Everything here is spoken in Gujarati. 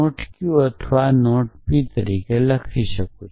q અથવા p તરીકે લખી શકું